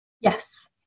Yes